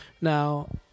Now